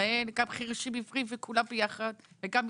חירשים-עיוורים ומתחרשים בישראל.